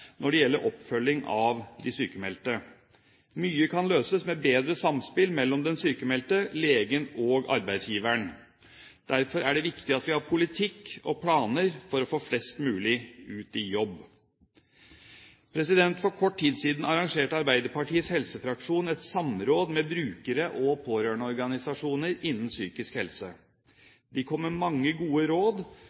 når det gjelder oppfølging av de sykmeldte. Mye kan løses med et bedre samspill mellom den sykmeldte, legen og arbeidsgiveren. Derfor er det viktig at vi har politikk og planer for å få flest mulig ut i jobb. For kort tid siden arrangerte Arbeiderpartiets helsefraksjon et samråd med bruker- og pårørendeorganisasjoner innen psykisk helse. De kom med mange gode råd,